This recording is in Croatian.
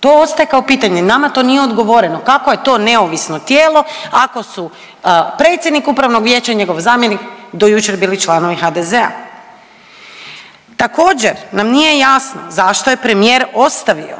To ostaje kao pitanje, nama to nije odgovoreno, kakvo je to neovisno tijelo ako su predsjednik Upravnog vijeća i njegov zamjenik do jučer bili članovi HDZ-a. Također nam nije jasno zašto je premijer ostavio